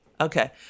Okay